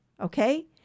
okay